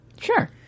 Sure